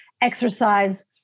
exercise